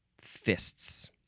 fists